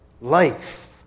life